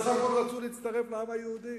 בסך הכול רצו להצטרף לעם היהודי.